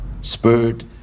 spurred